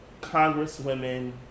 Congresswomen